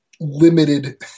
limited